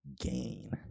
gain